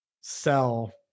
sell